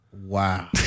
Wow